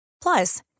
Plus